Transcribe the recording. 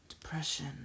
Depression